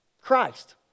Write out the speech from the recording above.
Christ